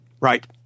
Right